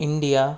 India